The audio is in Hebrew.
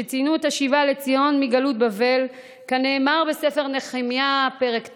שציינו את השיבה לציון מגלות בבל כנאמר בספר נחמיה פרק ט',